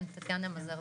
כן, טטיאנה מזרסקי.